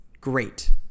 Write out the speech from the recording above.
great